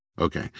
okay